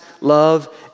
love